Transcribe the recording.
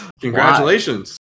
Congratulations